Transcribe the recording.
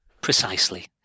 Precisely